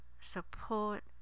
support